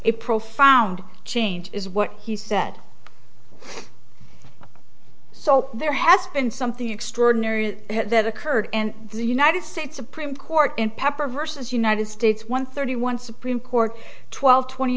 a profound change is what he said so there has been something extraordinary that occurred in the united states supreme court in pepper versus united states one thirty one supreme court twelve twenty